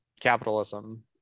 capitalism